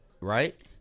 Right